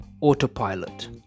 autopilot